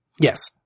yes